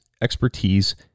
expertise